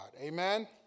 Amen